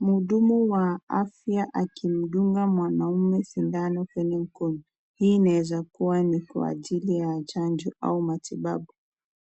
Mhudumu wa afya akimdunga mwanaume sindano kwenye mkono. Hii inaweza kuwa ni kwa ajili ya chanjo au matibabu.